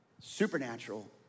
Supernatural